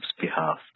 behalf